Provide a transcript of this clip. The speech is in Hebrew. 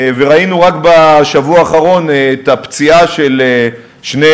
וראינו רק בשבוע האחרון את הפציעה של שני